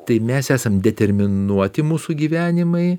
tai mes esam determinuoti mūsų gyvenimai